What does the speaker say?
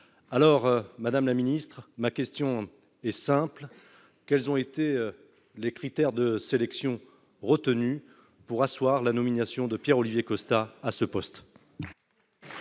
alors Madame la ministre, ma question est simple, quels ont été les critères de sélection retenue pour asseoir la nomination de Pierre-Olivier Costa à ce poste.